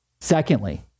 Secondly